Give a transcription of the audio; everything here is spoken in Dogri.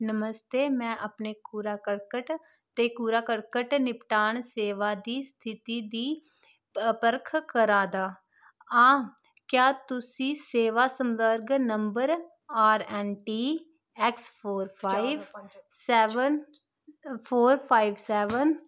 नमस्ते में अपने कूड़ा करकट ते कूड़ा करकट निपटान सेवा दी स्थिति दी परख करा दा आं क्या तुसी सेवा संभर्ग number R N T X four five seven four five सेवन